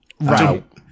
Right